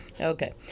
Okay